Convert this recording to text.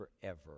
forever